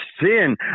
sin